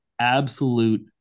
absolute